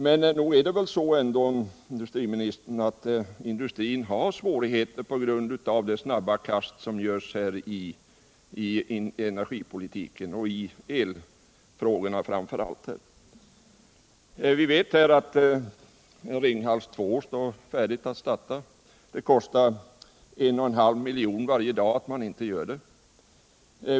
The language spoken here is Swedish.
Men nog är det väl ändå så, att industrin har svårigheter på grund av de snabba kast som görs i industripolitiken och framför allt i elfrågorna. Vi vet att Ringhals 2 står färdigt att starta. Det kostar 1,5 milj.kr. varje dag att inte låta kraftverket göra det.